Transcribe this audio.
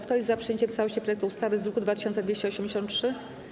Kto jest za przyjęciem w całości projektu ustawy z druku nr 2283?